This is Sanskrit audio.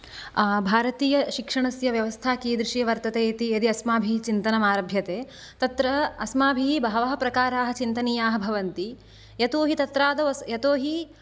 भारतीयशिक्षणस्य व्यवस्था कीदृशी वर्तते इति यदि अस्माभिः चिन्तनम् आरभ्यते तत्र अस्माभिः बहवः प्रकाराः चिन्तनीयाः भवन्ति यतोऽहि तत्र आदौ यतोऽहि